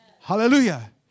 Hallelujah